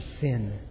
sin